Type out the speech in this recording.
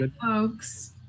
folks